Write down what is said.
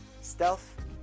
Stealth